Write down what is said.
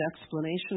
explanation